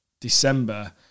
December